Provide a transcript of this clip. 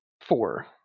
Four